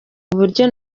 buryo